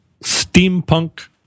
steampunk